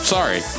Sorry